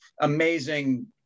amazing